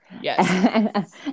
Yes